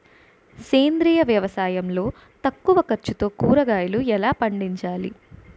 సేంద్రీయ వ్యవసాయం లో తక్కువ ఖర్చుతో కూరగాయలు ఎలా పండించాలి?